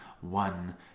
one